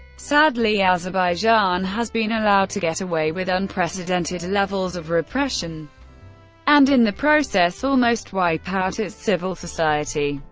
sadly azerbaijan has been allowed to get away with unprecedented levels of repression and in the process almost wipe out its civil society'.